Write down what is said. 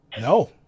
No